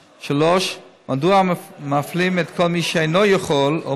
3. מדוע מפלים את כל מי שאינו יכול או